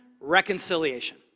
reconciliation